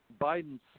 Biden's